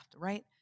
right